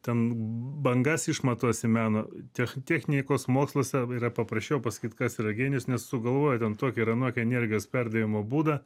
ten bangas išmatuosim meno tech technikos moksluose yra papraščiau pasakyt kas yra genijus nes sugalvoja ten tokį ir anokią energijos perdavimo būdą